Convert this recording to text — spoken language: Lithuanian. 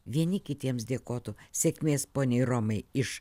vieni kitiems dėkotų sėkmės poniai romai iš